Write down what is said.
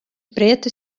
preto